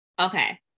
Okay